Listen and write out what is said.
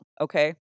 okay